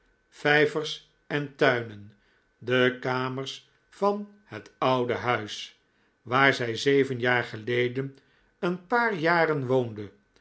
vijvers en tuinen de kamers van het oude huis waar zij zeven jaar geleden een paar jaren woonde